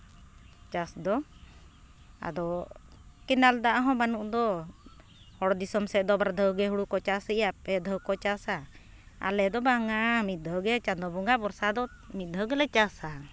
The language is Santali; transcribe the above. ᱪᱟᱥ ᱫᱚ ᱟᱫᱚ ᱠᱮᱱᱮᱞ ᱫᱟᱜ ᱦᱚᱸ ᱵᱟᱹᱱᱩᱜ ᱫᱚ ᱦᱚᱲ ᱫᱤᱥᱚᱢ ᱥᱮᱫ ᱫᱚ ᱵᱟᱨ ᱫᱷᱟᱣᱜᱮ ᱦᱩᱲᱩ ᱠᱚ ᱪᱟᱥᱮᱜᱼᱟ ᱯᱮ ᱫᱷᱟᱣ ᱦᱚᱠᱚ ᱪᱟᱥᱟ ᱟᱞᱮ ᱫᱚ ᱵᱟᱝᱼᱟ ᱢᱤᱫ ᱫᱷᱟᱹᱣ ᱜᱮ ᱪᱟᱸᱫᱚ ᱵᱚᱸᱜᱟ ᱵᱷᱚᱨᱥᱟ ᱫᱚ ᱢᱤᱫ ᱫᱷᱟᱹᱣ ᱜᱮᱞᱮ ᱪᱟᱥᱟ